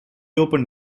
opened